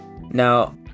now